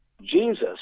jesus